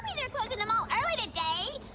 they're closing the mall early today,